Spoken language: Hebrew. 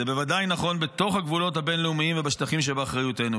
זה בוודאי נכון בגבולות הבין-לאומיים ובשטחים שבאחריותנו,